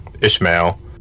Ishmael